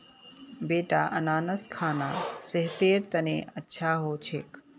बेटा अनन्नास खाना सेहतेर तने अच्छा हो छेक